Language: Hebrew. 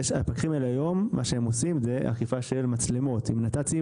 הפקחים האלה היום מה שהם עושים זה אכיפה של מצלמות עם נת"צים,